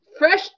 Fresh